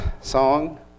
song